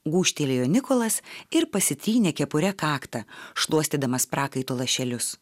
gūžtelėjo nikolas ir pasitrynė kepure kaktą šluostydamas prakaito lašelius